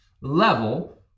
level